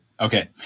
Okay